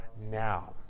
now